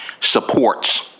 supports